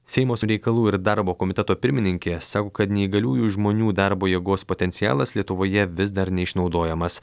seimas su reikalų ir darbo komiteto pirmininkė sako kad neįgaliųjų žmonių darbo jėgos potencialas lietuvoje vis dar neišnaudojamas